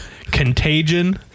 Contagion